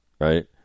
right